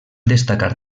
destacar